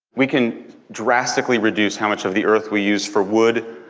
we can drastically reduce how much of the earth we use for wood,